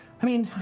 i mean.